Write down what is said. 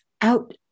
out